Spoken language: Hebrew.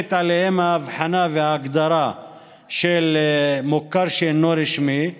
נופלת עליהם ההבחנה וההגדרה של מוכר שאינו רשמי ורשמי,